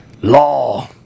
Law